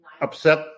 upset